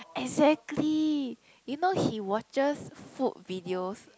exactly you know he watches food videos